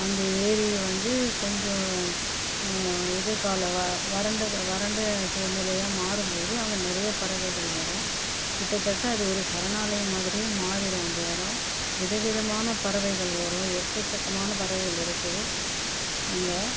அந்த ஏரி வந்து கொஞ்சம் இது காலம் வ வறண்ட வறண்ட சூழ்நிலையா மாறும் போது அங்கே நிறைய பறவைகள் வரும் கிட்டத்தட்டே அது ஒரு சரணாலயம் மாதிரியே மாறிடும் அந்த இடம் விதவிதமான பறவைகள் வரும் எக்கச்சக்கமான பறவைகள் இருக்குது அங்கே